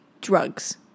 drugs